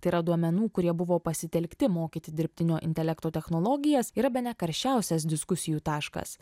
tai yra duomenų kurie buvo pasitelkti mokyti dirbtinio intelekto technologijas yra bene karščiausias diskusijų taškas